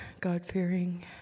God-fearing